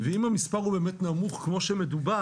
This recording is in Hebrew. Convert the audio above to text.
אם המספר הוא באמת נמוך כמו שמדובר,